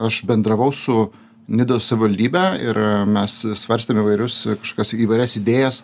aš bendravau su nidos savivaldybe ir mes svarstėme įvairius kažkokias įvairias idėjas